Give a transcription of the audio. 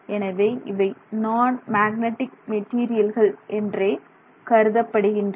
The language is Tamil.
எனவே இவை நான் மேக்னடிக் மெட்டீரியல்கள் என்றே கருதப்படுகின்றன